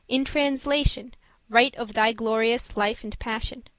in translation right of thy glorious life and passion,